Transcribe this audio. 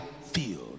field